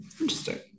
interesting